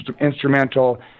instrumental